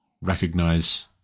recognize